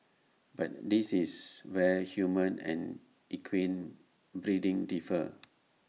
but this is where human and equine breeding differ